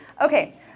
Okay